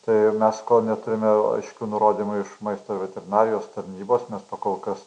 taip mes neturime aiškių nurodymų iš maisto veterinarijos tarnybos nes to kol kas